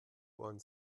ohren